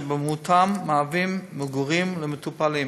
אשר במהותם מהווים מגורים למטופלים